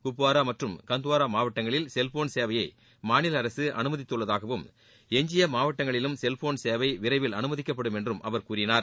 குப்வாரா மற்றும் கந்துவாரா மாவட்டங்களில் செல்போன் சேவையை மாநில அமைதித்துள்ளதாகவும் எஞ்சியுள்ள மாவட்டங்களிலும் செல்போன் சேவை விரைவில் அனுமதிக்கப்படும் என்றும் அவர் கூறினார்